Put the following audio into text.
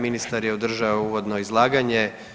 Ministar je održao uvodno izlaganje.